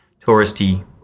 touristy